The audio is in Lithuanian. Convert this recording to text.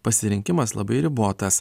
pasirinkimas labai ribotas